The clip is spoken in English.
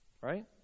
Right